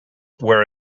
were